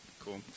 Cool